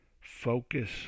focus